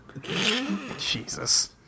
Jesus